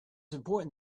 important